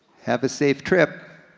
have a safe trip,